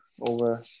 over